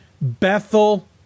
Bethel